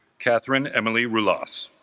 catherine emily ruleus,